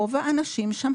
רוב האנשים שם,